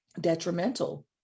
detrimental